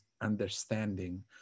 understanding